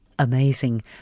Amazing